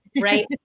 right